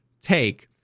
take